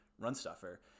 run-stuffer